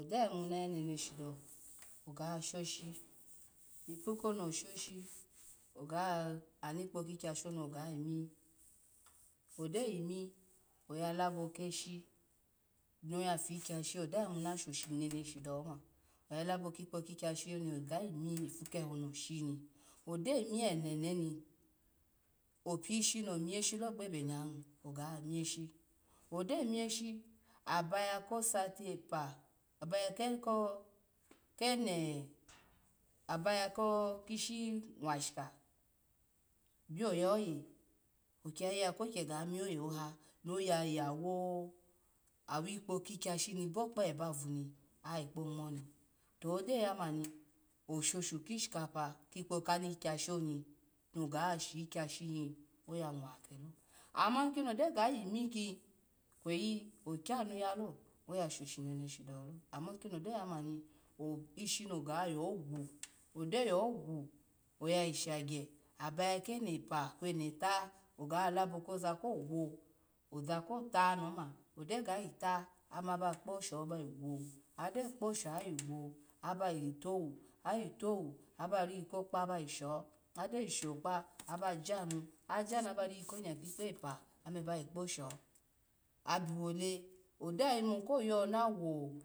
Ogyo yayimu shona yaneneshi dawo ogashoshi ifu kono shoshi oga anikpo ki kyashi oni oga yini, ogyo yimi oyalabo keshi nave kyashi ogyo yayimu shona shonene shi dawo ma ala ki kpo kikyashi oni oga yimi ifu keho noshini ogyo yimi enonomi opishi no myshilo gbebenye ni oga myshido mishi abaya ko sati epa aba koko-kene-aba kishi nwashi ka bio oya oye okiya yiya ko kiga niye oyehoha eno ya yawu, wu ikpa ki kra shi ni bo kpe bavuni aya vikpa ongmni to ogyo yamani shoshu kikpa kisho kapa kikpa kani kyashini no ga shu kyashi ni oyale nwakelo ama kini ogyo ga yimiki kweyi okyonu yalo oyashosho neneshi daw lo, amakino ogyo yamani gbeshi agayigu odo yagu oya yi shagya abaya keno epa kwo eno eta, oga labo koza kogwo oza kota noma, ogyo ga vita ome aba yi kpo sho bayigwo aba vitowu agyo vi towu aba ri kokpa aba yisho agyo yi shakpa aba janu aba ri konya kikpa epa ome bayi kpo sho abiwole ogyo yimu koyo nawu